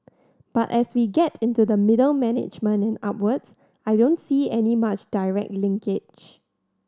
but as we get into the middle management and upwards I don't see any much direct linkage